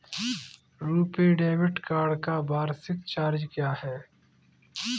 RuPay debit card का वार्षिक charge क्या है?